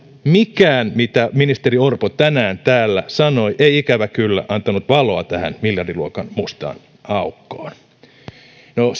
mikään mitä ministeri orpo tänään täällä sanoi ei ikävä kyllä antanut valoa tähän miljardiluokan mustaan aukkoon no